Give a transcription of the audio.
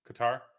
Qatar